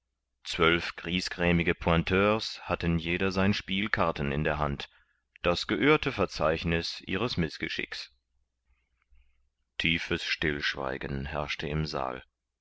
zwölf griesgrämige pointeurs hatten jeder sein spiel karten in der hand das geöhrte verzeichniß ihres mißgeschicks tiefes stillschweigen herrschte im saal